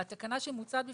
ובתקנה שמוצעת לפניכם,